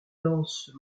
danse